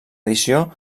edició